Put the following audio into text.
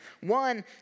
One